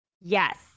Yes